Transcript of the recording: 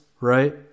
right